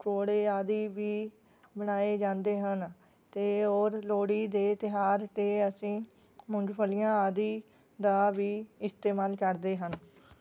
ਪਕੌੜੇ ਆਦਿ ਵੀ ਬਣਾਏ ਜਾਂਦੇ ਹਨ ਅਤੇ ਹੋਰ ਲੋਹੜੀ ਦੇ ਤਿਉਹਾਰ 'ਤੇ ਅਸੀਂ ਮੁਗਫ਼ਲੀਆਂ ਆਦਿ ਦਾ ਵੀ ਇਸਤੇਮਾਲ ਕਰਦੇ ਹਨ